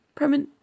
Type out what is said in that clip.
premon